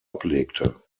ablegte